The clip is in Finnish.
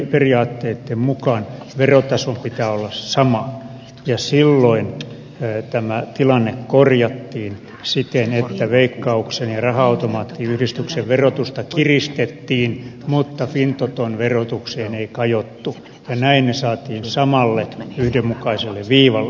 yhdenmukaisuusperiaatteitten mukaan verotason pitää olla sama ja silloin tämä tilanne korjattiin siten että veikkauksen ja raha automaattiyhdistyksen verotusta kiristettiin mutta fintoton verotukseen ei kajottu ja näin ne saatiin samalle yhdenmukaiselle viivalle